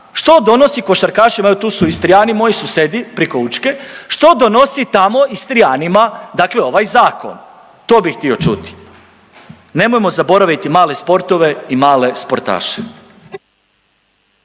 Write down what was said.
što donosi košarkašima, evo tu su Istrijani, moji susedi, priko Učke, što donosi tamo Istrijanima dakle ovaj zakon, to bih htio čuti. Nemojmo zaboraviti male sportove i male sportaše.